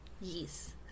Yes